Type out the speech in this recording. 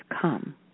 come